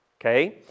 okay